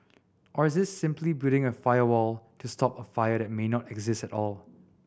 or is this simply building a firewall to stop a fire that may not exist at all